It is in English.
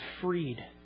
freed